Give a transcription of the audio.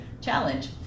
challenge